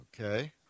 Okay